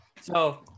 So-